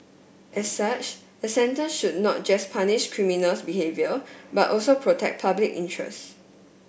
as such the sentence should not just punish criminal behaviour but also protect public interests